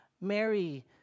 Mary